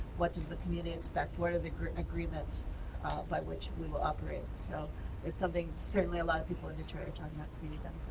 what does the community expect? what are the agreements by which we will operate? so it's something certainly a lot of people in detroit are talking about ah community